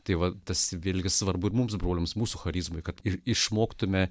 tai va tas vėlgi svarbu ir mums broliams mūsų charizmai kad ir išmoktumėme